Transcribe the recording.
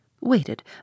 waited